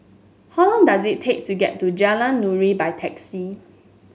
how long does it take to get to Jalan Nuri by taxi